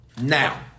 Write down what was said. Now